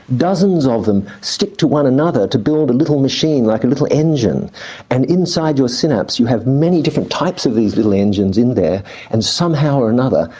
dozens of them stick to one another to build a and little machine like a little engine and inside your synapse you have many different types of these little engines in there and somehow or another,